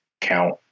count